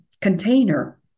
container